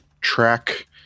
track